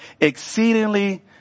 exceedingly